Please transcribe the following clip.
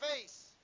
face